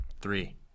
three